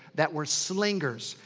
that were slingers.